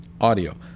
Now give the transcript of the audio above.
audio